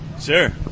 Sure